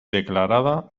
declarada